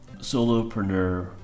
solopreneur